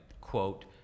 quote